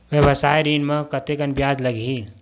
व्यवसाय ऋण म कतेकन ब्याज लगही?